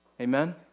Amen